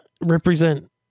represent